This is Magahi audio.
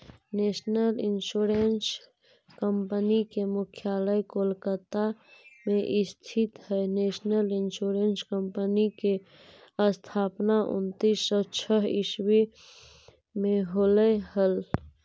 नेशनल इंश्योरेंस कंपनी के मुख्यालय कोलकाता में स्थित हइ नेशनल इंश्योरेंस कंपनी के स्थापना उन्नीस सौ छः ईसवी में होलई हल